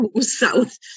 South